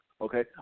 okay